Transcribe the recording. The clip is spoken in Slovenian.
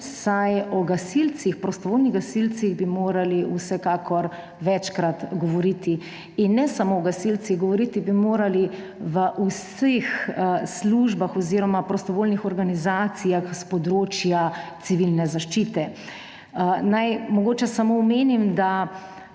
prostovoljnih gasilcih morali vsekakor govoriti večkrat. In ne samo o gasilcih, govoriti bi morali o vseh službah oziroma prostovoljnih organizacijah s področja civilne zaščite. Naj mogoče samo omenim, da